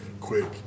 Quick